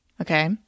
Okay